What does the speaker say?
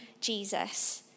Jesus